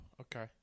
okay